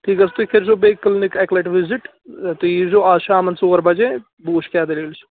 تُہۍ کٔژ تُہۍ کٔرۍزیو بیٚیہِ کِلنِک اَکہِ لٹہِ وِزِٹ تُہۍ ییٖزیو آز شامَن ژور بجے بہٕ وٕچھِ کیٛاہ دٔلیٖل چھِ